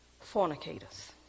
fornicators